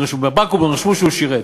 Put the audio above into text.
בבקו"ם רשמו שהוא שירת.